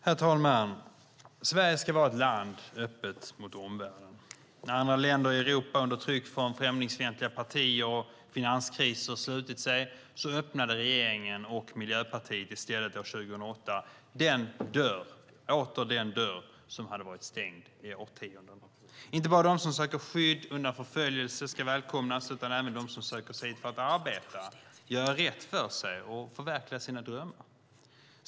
Herr talman! Sverige ska vara ett land öppet mot omvärlden. När andra länder i Europa under tryck från främlingsfientliga partier och finanskriser slutit sig öppnade regeringen och Miljöpartiet i stället år 2008 åter den dörr som hade varit stängd i årtionden. Inte bara de som söker skydd undan förföljelse ska välkomnas utan även de som söker sig hit för att arbeta, göra rätt för sig och förverkliga sina drömmar.